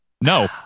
No